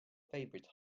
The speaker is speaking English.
favorite